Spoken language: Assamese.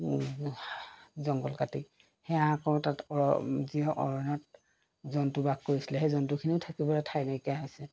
জংঘল কাটি সেয়া আকৌ তাত যি অৰণ্যত জন্তু বাস কৰিছিলে সেই জন্তুখিনিও থাকিবলৈ ঠাই নাইকিয়া হৈছে